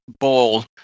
ball